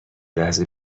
لحظه